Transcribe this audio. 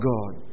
God